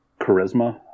charisma